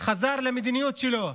הוא חזר לסורו,) חזר למדיניות שלו,